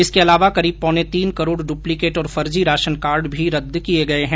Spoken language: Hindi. इसके अलावा करीब पौने तीन करोड़ ड्प्लिकेट और फर्जी राशन कार्ड भी रद्द किए गए हैं